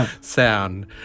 sound